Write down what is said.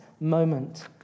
moment